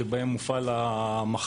שבהן מופעל המכתז,